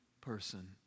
person